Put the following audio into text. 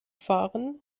fahren